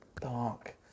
Dark